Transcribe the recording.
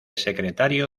secretario